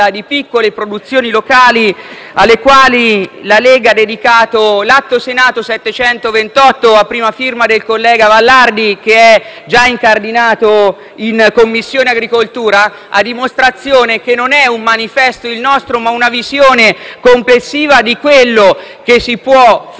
alle quali la Lega ha dedicato l'Atto Senato 728, a prima firma del collega Vallardi, già incardinato in Commissione agricoltura. Ciò a dimostrazione che il nostro non è un manifesto, ma una visione complessiva di quello che si può fare con le eccellenze italiane e isolane.